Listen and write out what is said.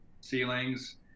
ceilings